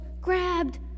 grabbed